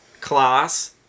class